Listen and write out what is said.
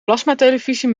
plasmatelevisie